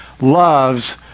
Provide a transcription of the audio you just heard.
loves